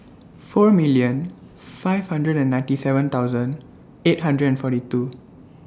four million five hundred and ninety seven thousand eight hundred and forty two